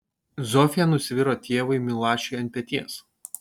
zofija nusviro tėvui milašiui ant peties